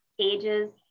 ages